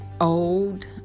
old